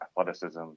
athleticism